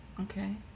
Okay